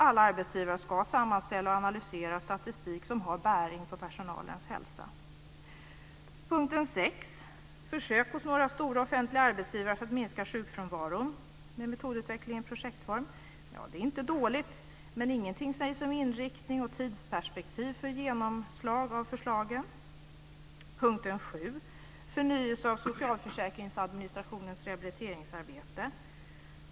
Alla arbetsgivare ska sammanställa och analysera statistik som har bäring på personalens hälsa. Punkten 6 tar upp försök hos några stora offentliga arbetsgivare för att minska sjukfrånvaron; metodutveckling i projektform. Det är inte dåligt, men ingenting sägs om inriktning eller tidsperspektiv för genomförande av förslagen. Punkten 7 syftar till förnyelse av socialförsäkringsadministrationens rehabiliteringsarbete.